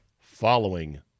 following